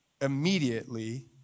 immediately